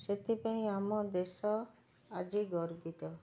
ସେଥିପାଇଁ ଆମ ଦେଶ ଆଜି ଗର୍ବିତ